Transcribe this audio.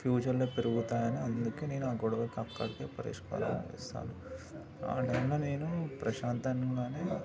ఫ్యూచర్లో పెరుగుతాయని అందుకే నేను ఆ గొడువకు అక్కడికె పరిష్కారం చేస్తాను ఆ విధంగా నేను ప్రశాంతంగానే